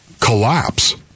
collapse